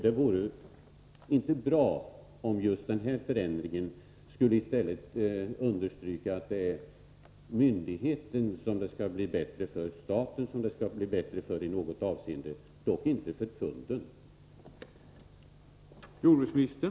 Det vore inte bra om just den här förändringen i stället skulle understryka att det för myndigheten-staten skall bli bättre i något avseende — dock inte för kunden.